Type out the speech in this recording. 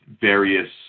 various